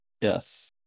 yes